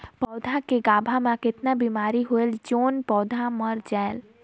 पौधा के गाभा मै कतना बिमारी होयल जोन पौधा मर जायेल?